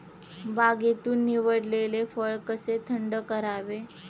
बागेतून निवडलेले फळ कसे थंड करावे?